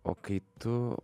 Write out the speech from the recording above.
o kai tu